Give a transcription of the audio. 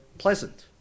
Pleasant